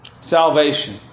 Salvation